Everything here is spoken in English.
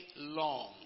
long